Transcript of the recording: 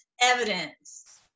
evidence